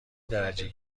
درجه